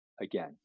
again